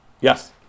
Yes